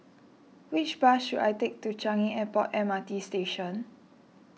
which bus should I take to Changi Airport M R T Station